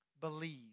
believe